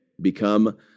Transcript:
become